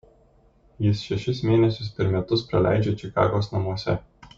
jis šešis mėnesius per metus praleidžia čikagos namuose